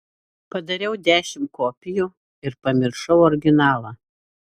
padariau dešimt kopijų ir pamiršau originalą